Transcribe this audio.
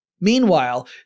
Meanwhile